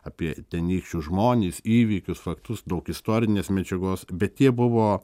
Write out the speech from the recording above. apie tenykščius žmones įvykius faktus daug istorinės medžiagos bet jie buvo